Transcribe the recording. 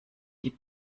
die